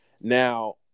Now